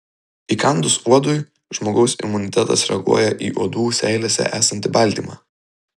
įkandus uodui žmogaus imunitetas reaguoja į uodų seilėse esantį baltymą